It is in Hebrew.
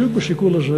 בדיוק בשיקול הזה,